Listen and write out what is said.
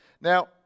Now